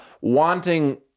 wanting